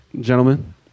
gentlemen